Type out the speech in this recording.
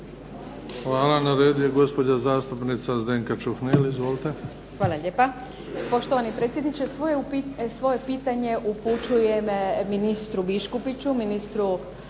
Hvala. Na redu je gospođa zastupnica Marija Lugarić. Izvolite.